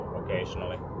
occasionally